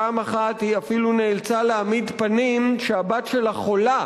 פעם אחת היא אפילו נאלצה להעמיד פנים שהבת שלה חולה,